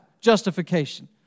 justification